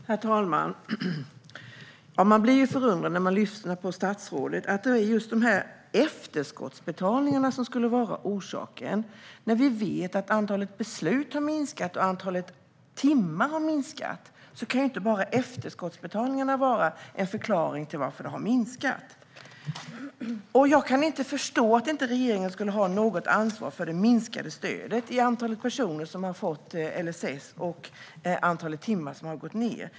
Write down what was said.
Herr talman! Man blir förundrad när man lyssnar på statsrådet. Det låter som om efterskottsbetalningarna skulle vara orsaken. Vi vet ju att antalet beslut och antalet timmar har minskat. Då kan inte bara efterskottsbetalningarna vara förklaringen till att det har minskat. Jag kan inte förstå att regeringen inte skulle ha något ansvar för minskningen av antalet personer som har fått stöd enligt LSS och antalet timmar.